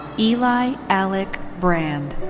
eli alec brand.